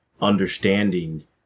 understanding